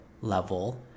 level